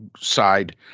side